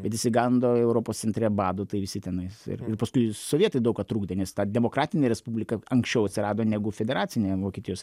bet išsigando europos centre bado tai visi tenais ir ir paskui sovietai daug ką trukdė nes ta demokratinė respublika anksčiau atsirado negu federacinėvokietijos res